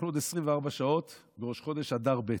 אנחנו בעוד 24 שעות בראש חודש אדר ב'.